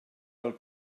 del